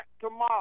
tomorrow